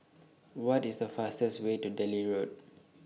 What IS The fastest Way to Delhi Road